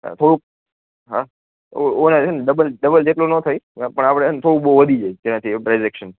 થોડું હા ઓલા હેને ડબલ ડબલ જેટલું નો થાય પણ આપડે હેને થોડું બોઉ વધી જાય જેનાથી પ્રાઈઝ એકસચેન્જ